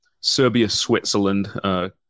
Serbia-Switzerland